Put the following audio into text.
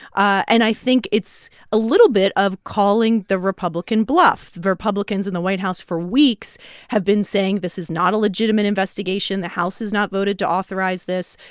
and i think it's a little bit of calling the republican bluff. republicans in the white house for weeks have been saying, this is not a legitimate investigation. the house has not voted to authorize this.